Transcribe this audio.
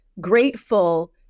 grateful